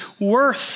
worth